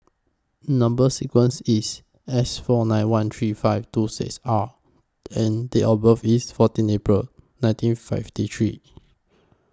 Number sequence IS S four nine one three five two six R and Date of birth IS fourteen April nineteen fifty three